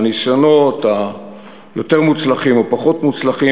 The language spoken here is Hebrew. והניסיונות היותר-מוצלחים או פחות מוצלחים